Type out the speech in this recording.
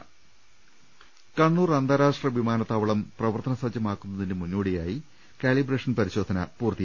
രുവെട്ടിരു കണ്ണൂർ അന്താരാഷ്ട്ര വിമാനത്താവളം പ്രവർത്തന സജ്ജമാക്കുന്നതിന്റെ മുന്നോടിയായി കാലിബ്രേഷൻ പരിശോധന നടത്തി